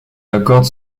accorde